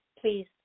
please